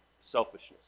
selfishness